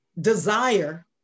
Desire